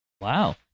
Wow